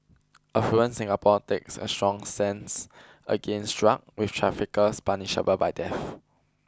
affluent Singapore takes a strong stance against drugs with traffickers punishable by death